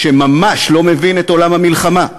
שממש לא מבין את עולם המלחמה,